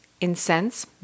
incense